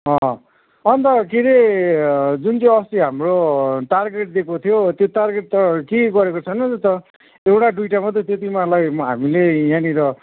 अँ अन्त के अरे जुन चाहिँ अस्ति हाम्रो टारगेट दिएको थियो त्यो टारगेट त केही गरेको छैन न त एउटा दुईवटा मात्रै त्यो तिमीहरूलाई हामीले यहाँनिर